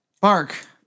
Bark